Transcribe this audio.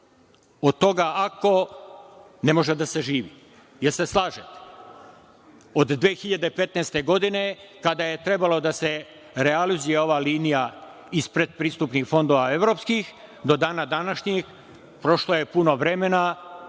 toga – ako, ne može da se živi. Da li se slažete? Od 2015. godine, kada je trebala da se realizuje ova linija ispred pristupnih fondova evropskih, do dana današnjih, prošlo je puno vremena.